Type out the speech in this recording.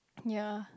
ya